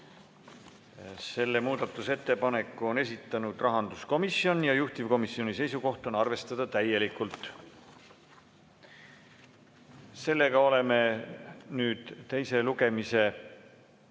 Selle muudatusettepaneku on esitanud rahanduskomisjon ja juhtivkomisjoni seisukoht on arvestada täielikult. Oleme nüüd teise lugemise